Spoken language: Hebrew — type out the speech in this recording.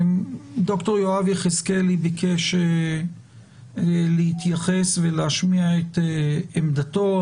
ד"ר יואב יחזקאלי ביקש ולהתייחס ולהשמיע את עמדתו.